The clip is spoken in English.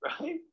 right